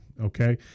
okay